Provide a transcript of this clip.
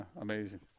Amazing